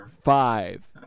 five